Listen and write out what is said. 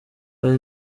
hari